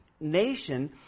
nation